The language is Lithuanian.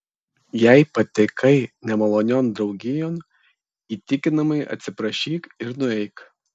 jei patekai nemalonion draugijon įtikinamai atsiprašyk ir nueik